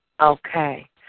Okay